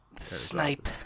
snipe